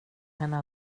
henne